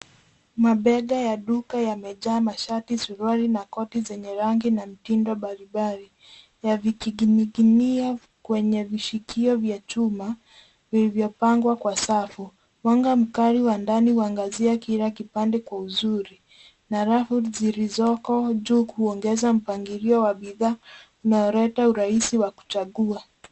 Mabega ya duka yamejaa masharti, suruali na koti zenye rangi na mtindo mbalimbali, ya vikining'inia kwenye vishikio vya chuma, vilivyopangwa kwa safu. Mwanga mkali wa ndani waangazia kila kipande kwa uzuri na rahul zilizoko juu kuongeza mpangilio wa bidhaa unaleta urahisi wa kuchagua.